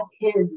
kids